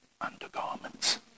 undergarments